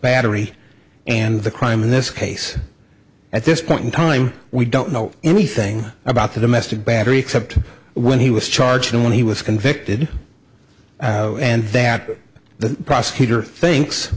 battery and the crime in this case at this point in time we don't know anything about the domestic battery except when he was charged and when he was convicted and that the prosecutor thinks